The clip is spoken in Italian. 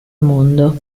mondo